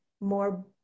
more